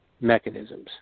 mechanisms